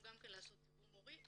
לעשות תיאום הורי.